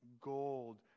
gold